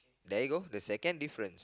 there you go the second difference